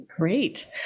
Great